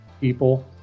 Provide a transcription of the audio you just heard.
people